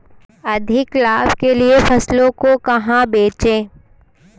अधिक लाभ के लिए फसलों को कहाँ बेचें?